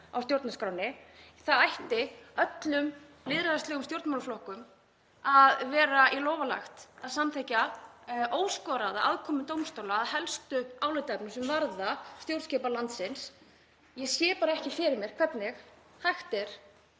á stjórnarskránni. Það ætti öllum lýðræðislegum stjórnmálaflokkum að vera í lófa lagið að samþykkja óskoraða aðkomu dómstóla að helstu álitaefnum sem varða stjórnskipan landsins. Ég sé ekki fyrir mér hvernig hægt